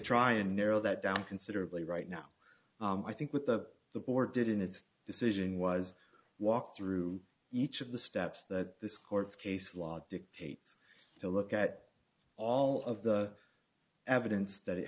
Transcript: try and narrow that down considerably right now i think with that the board did in its decision was walk through each of the steps that this court case law dictates to look at all of the evidence that it